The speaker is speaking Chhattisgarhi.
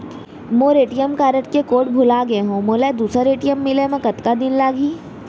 मोर ए.टी.एम कारड के कोड भुला गे हव, मोला दूसर ए.टी.एम मिले म कतका दिन लागही?